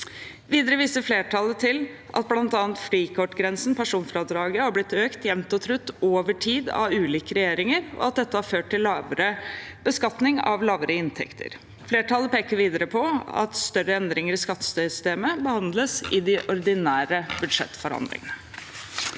Videre viser flertallet til at bl.a. frikortgrensen og personfradraget har blitt økt jevnt og trutt over tid av ulike regjeringer, og at dette har ført til lavere beskatning av lavere inntekter. Flertallet peker videre på at større endringer i skattesystemet behandles i de ordinære budsjettforhandlingene.